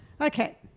Okay